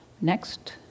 Next